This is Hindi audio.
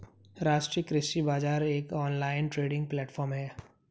राष्ट्रीय कृषि बाजार एक ऑनलाइन ट्रेडिंग प्लेटफॉर्म है